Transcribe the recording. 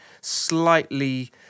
slightly